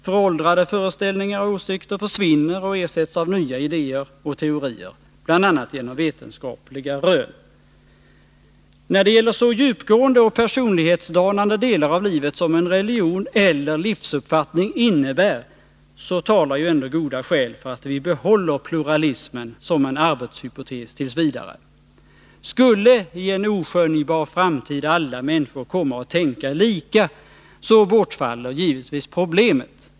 Föråldrade föreställningar och åsikter försvinner och ersätts av nya idéer och teorier, bl.a. genom vetenskapliga rön. När det gäller så djupgående och personlighetsdanande delar av livet som en religion eller livsuppfattning innebär talar ändå goda skäl för att vi behåller pluralismen som en arbetshypotes t. v. Skulle i en oskönjbar framtid alla människor komma att tänka lika, bortfaller givetvis problemet.